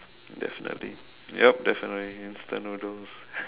definitely yup definitely instant noodles